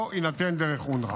לא יינתן דרך אונר"א.